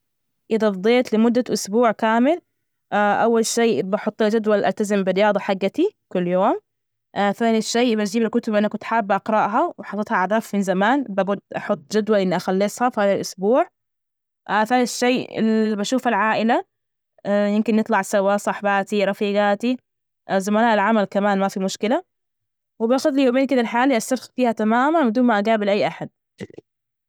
إذا فضيت لمدة أسبوع كامل، أول شي بحط جدول ألتزم بالرياضة، حجتي كل يوم، ثاني شيء بجيب الكتب ال كنت حابة أقرأها وحطتها على رف من زمان، أحط جدول إني أخليها في هذا الأسبوع، ثالث شي إنى بشوفه العائلة، يمكن نطلع سوا، صاحباتي، رفيجاتي، زملاء العمل، كمان ما في مشكلة، وبأخذ لي يومين كده لحالي أسترخى فيها تماما بدون ما أجابل أي أحد.